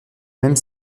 même